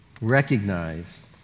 recognize